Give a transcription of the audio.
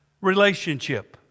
relationship